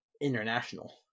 international